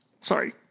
sorry